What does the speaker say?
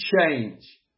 change